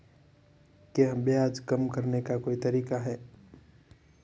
क्या ब्याज कम करने का कोई तरीका है?